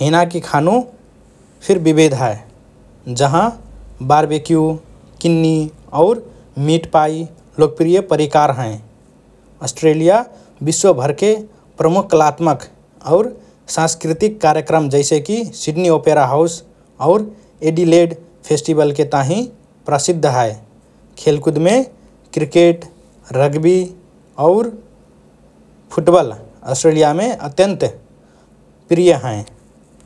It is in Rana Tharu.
हिनाकि खानु फिर विविध हए, जहाँ बारबेक्यू, किन्नी और मीट पाई लोकप्रिय परिकार हएँ । अष्ट्रेलिया विश्वभरके प्रमुख कलात्मक और सांस्कृतिक कार्यक्रम जैसेकि सिड्नी ओपेरा हाउस और एडिलेड फेस्टिभलके ताहिँ प्रसिद्ध हए । खेलकुदमे क्रिकेट, रग्बी और फुटबल अष्ट्रेलियामे अत्यन्त प्रिय हएँ ।